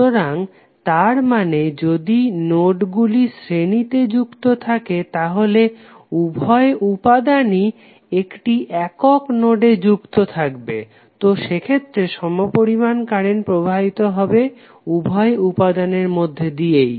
সুতরাং তার মানে যদি নোডগুলি শ্রেণীতে যুক্ত থাকে তাহলে উভয় উপাদানই একটি একক নোডে যুক্ত থাকবে তো সেক্ষেত্রে সমপরিমান কারেন্ট প্রবাহিত হবে উভয় উপাদানের মধ্যে দিয়েই